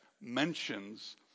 mentions